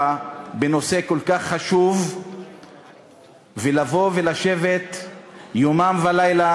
בנושא כל כך חשוב ולבוא ולשבת יומם ולילה,